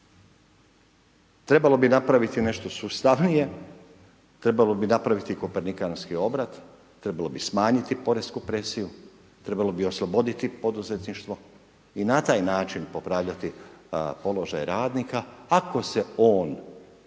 Trebalo bi napraviti nešto sustavnije. Trebalo bi napraviti kopernikanski obrat. Trebalo bi smanjiti poresku presiju. Trebalo bi osloboditi poduzetništvo i na taj način popravljati položaj radnika ako se on